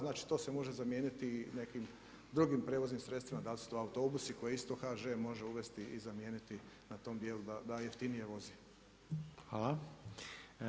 Znači to se može zamijeniti i nekim drugim prijevoznim sredstvima, da li su to autobusi koje isto HŽ može uvesti i zamijeniti na tom dijelu da jeftinije vozi.